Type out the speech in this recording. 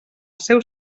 seu